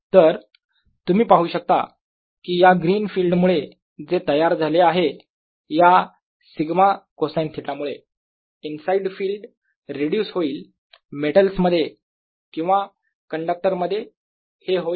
तर तुम्ही पाहू शकता कि या ग्रीन फिल्ड मुळे जे तयार झाले आहे या σ कोसाईन थिटा मुळे इनसाईड फिल्ड रिड्यूस होईल मेटल्स मध्ये किंवा कंडक्टर मध्ये हे होईल 0